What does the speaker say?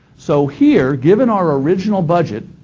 so here, given our original budget,